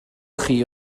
chi